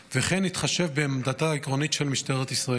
וכן יתחשב בעמדתה העקרונית של משטרת ישראל.